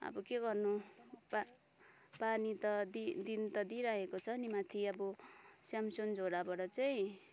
अब के गर्नु पा पानी त दिन त दिइरहेको छ नि माथि अब स्यामसुन झोडाबाट चाहिँ